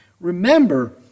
Remember